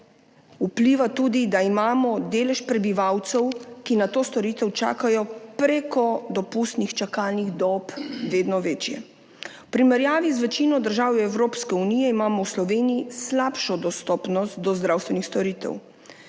vpliva tudi to, da imamo delež prebivalcev, ki na to storitev čakajo prek dopustnih čakalnih dob, vedno večji. V primerjavi z večino držav Evropske unije imamo v Sloveniji slabšo dostopnost do zdravstvenih storitev.